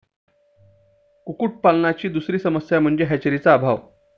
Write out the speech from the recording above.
कुक्कुटपालनाची दुसरी समस्या म्हणजे हॅचरीचा अभाव